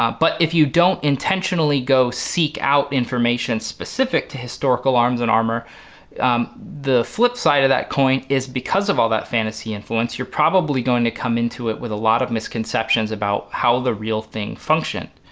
but if you don't intentionally go seek out information specific to historical arms and armor the flipside of that coin is because of all that fantasy influence you're probably going to come into it with a lot of misconceptions about how the real thing functioned.